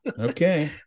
okay